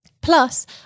Plus